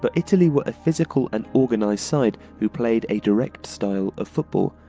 but italy were a physical and organised side who played a direct style of football,